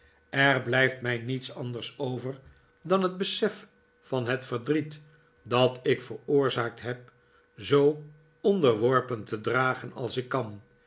er blijft mij niets anders over dan het besef van het verdriet dat ik veroorzaakt heb zoo onderworpen te dragen als ik kan